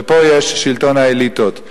ופה יש שלטון האליטות.